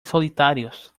solitarios